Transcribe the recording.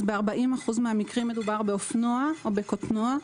ב-40 אחוזים מהמקרים מדובר באופנוע או בקטנוע,